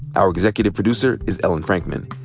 our executive producer is ellen frankman.